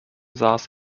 saß